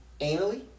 anally